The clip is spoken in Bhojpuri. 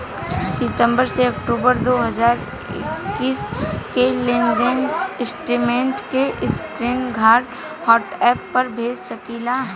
सितंबर से अक्टूबर दो हज़ार इक्कीस के लेनदेन स्टेटमेंट के स्क्रीनशाट व्हाट्सएप पर भेज सकीला?